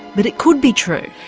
but it could be true,